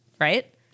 Right